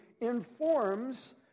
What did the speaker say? informs